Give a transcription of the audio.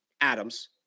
Adams